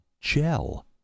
gel